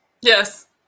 Yes